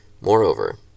Moreover